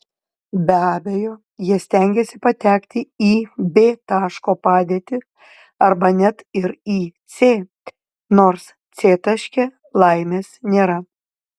be abejo jie stengiasi patekti į b taško padėtį arba net ir į c nors c taške laimės nėra